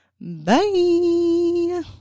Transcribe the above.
Bye